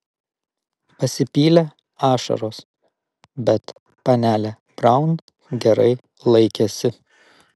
pasipylė ašaros bet panelė braun gerai laikėsi